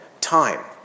time